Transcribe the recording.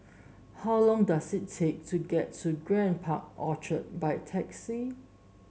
how long does it take to get to Grand Park Orchard by taxi